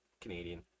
Canadian